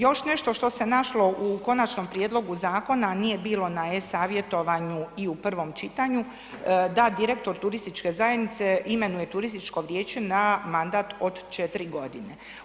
Još nešto što se našlo u konačnom prijedlogu, a nije bilo na e-savjetovanju i u prvom čitanju, da direktor turističke zajednice imenuje turističko vijeće na mandat od 4 godine.